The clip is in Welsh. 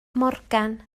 morgan